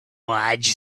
marge